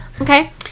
okay